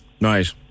right